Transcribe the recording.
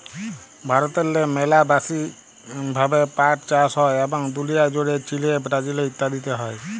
ভারতেল্লে ম্যালা ব্যাশি ভাবে পাট চাষ হ্যয় এবং দুলিয়া জ্যুড়ে চিলে, ব্রাজিল ইত্যাদিতে হ্যয়